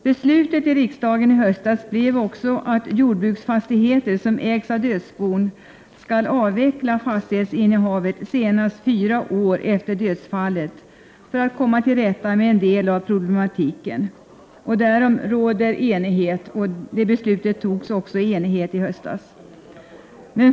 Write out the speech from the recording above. Beslutet i riksdagen i höstas blev också att dödsbon som äger jordbruksfastigheter skall avveckla fastighetsinnehavet senast fyra år efter dödsfallet för att komma till rätta med en del av problematiken. Därom råder enighet, och beslutet fattades också i enighet i höstas.